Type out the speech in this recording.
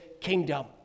kingdom